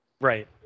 Right